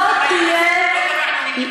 לא תהיה, סליחה, על מה את מדברת?